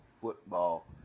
football